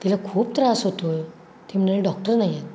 तिला खूप त्रास होतो आहे ती म्हणे डॉक्टर नाही आहेत